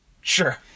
Sure